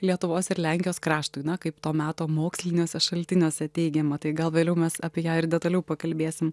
lietuvos ir lenkijos kraštui na kaip to meto moksliniuose šaltiniuose teigiama tai gal vėliau mes apie ją ir detaliau pakalbėsim